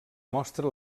mostra